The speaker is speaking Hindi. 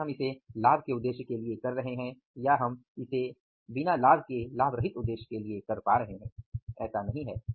चाहे हम इसे लाभ के उद्देश्य के लिए कर रहे हैं या हम इसे बिना लाभ के उद्देश्य के लिए कर रहे हैं ऐसा नहीं है